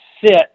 sit